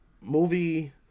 Movie